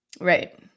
Right